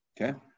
Okay